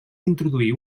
introduir